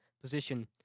position